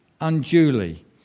unduly